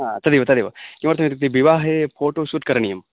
हा तदेव तदेव किमर्थमित्युक्ते विवाहे फ़ोटो शूट् करणीयं